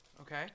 Okay